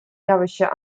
явища